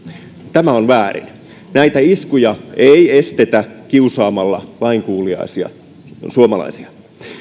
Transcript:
tämä on väärin näitä iskuja ei estetä kiusaamalla lainkuuliaisia suomalaisia